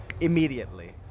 immediately